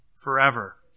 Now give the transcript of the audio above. forever